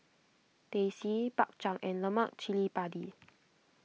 Teh C Bak Chang and Lemak Cili Padi